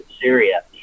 Syria